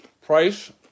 Price